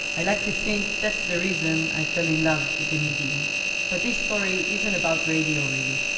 i like to think that's the reason i fell in love with the medium but this story isn't about radio, really.